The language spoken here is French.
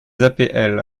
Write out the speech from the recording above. apl